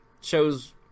shows